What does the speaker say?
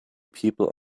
people